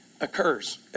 occurs